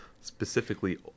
Specifically